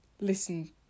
listen